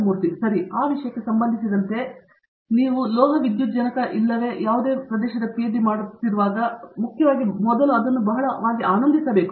ಮೂರ್ತಿ ಸರಿ ಆ ವಿಷಯಕ್ಕೆ ಸಂಬಂಧಿಸಿದಂತೆ ನೀವು ಲೋಹವಿದ್ಯುಜ್ಜನಕ ಇಲ್ಲವೇ ಯಾವುದೇ ಪ್ರದೇಶದ ಪಿಎಚ್ಡಿ ಮಾಡುತ್ತಿರುವಾಗ ಮುಖ್ಯವಾಗಿ ಮೊದಲು ಅದನ್ನು ಬಹಳ ಆನಂದಿಸಬೇಕು